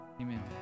Amen